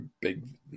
Big